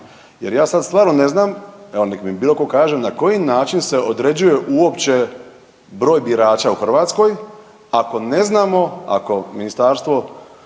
jer ja sad stvarno ne znam, evo, nek mi bilo tko kaže, na koji način se određuje uopće broj birača u Hrvatskoj, ako ne znamo, ako ministarstvo,